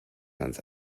ans